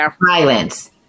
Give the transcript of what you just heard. Violence